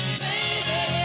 baby